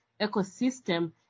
ecosystem